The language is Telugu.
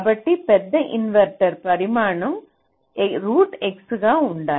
కాబట్టి పెద్ద ఇన్వర్టర్ పరిమాణం √ X ఉండాలి